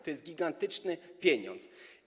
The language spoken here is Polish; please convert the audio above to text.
To jest gigantyczny pieniądz.